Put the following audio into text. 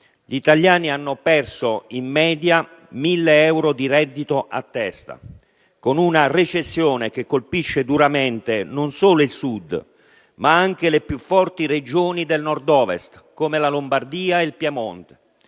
gli italiani hanno perso in media 1000 euro di reddito a testa, con una recessione che colpisce duramente non solo il Sud, ma anche le più forti Regioni del Nord-Ovest, come la Lombardia ed il Piemonte.